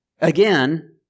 Again